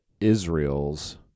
Israel's